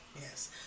Yes